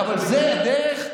אל תיקח, אבל זו הדרך,